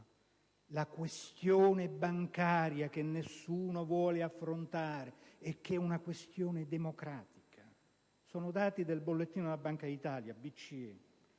questione bancaria, che nessuno vuole affrontare, e che è una questione democratica. Sono dati del Bollettino della Banca d'Italia: